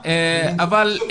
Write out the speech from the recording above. נמצא.